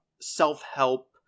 self-help